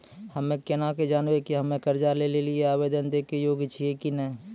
हम्मे केना के जानबै कि हम्मे कर्जा लै लेली आवेदन दै के योग्य छियै कि नै?